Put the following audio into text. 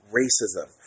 racism